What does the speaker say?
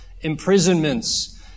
imprisonments